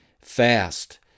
Fast